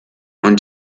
und